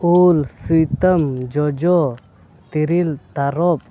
ᱩᱞ ᱥᱩᱭᱛᱟᱹᱢ ᱡᱚᱡᱚ ᱛᱤᱨᱤᱞ ᱛᱟᱨᱚᱵᱽ